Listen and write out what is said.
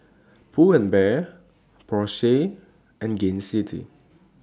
Pull and Bear Porsche and Gain City